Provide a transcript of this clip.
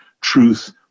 Truth